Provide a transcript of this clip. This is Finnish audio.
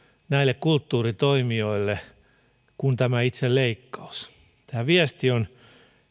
näille kulttuuritoimijoille kuin tämä itse leikkaus tämä viesti on